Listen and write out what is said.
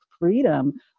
freedom